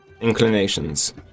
inclinations